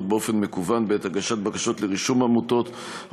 באופן מקוון בעת הגשת בקשות לרישום עמותות או